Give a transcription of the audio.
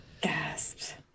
Gasped